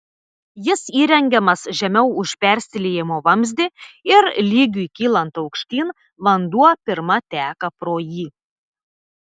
jis įrengiamas žemiau už persiliejimo vamzdį ir lygiui kylant aukštyn vanduo pirma teka pro jį